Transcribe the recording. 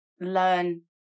learn